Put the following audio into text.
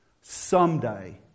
someday